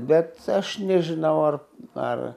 bet aš nežinau ar ar